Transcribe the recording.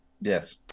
Yes